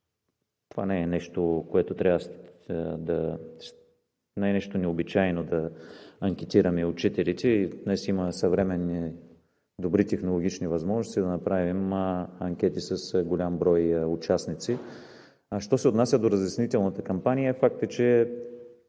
всички тези резултати. Не е нещо необичайно да анкетираме учителите. Днес има съвременни, добри технологични възможности да направим анкети с голям брой участници. Що се отнася до разяснителната кампания, факт е, че